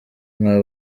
mwa